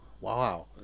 Wow